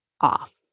off